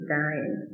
dying